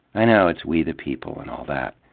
i know, it's we the people and all that,